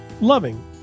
loving